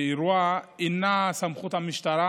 באירוע אינה בסמכות המשטרה,